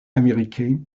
américain